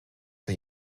der